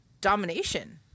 domination